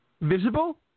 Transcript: Visible